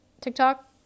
tiktok